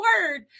word